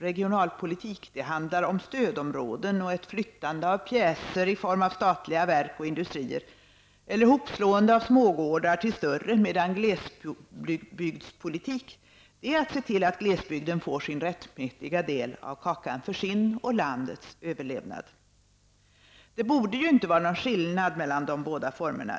Regionalpolitik handlar om stödområden och ett flyttande av pjäser i form av statliga verk och industrier eller hopslående av smågårdar till större, medan glesbygdspolitik är att se till att glesbygden får sin rättmätiga del av kakan för sin och landets överlevnad. Det borde inte vara någon skillnad mellan de båda formerna.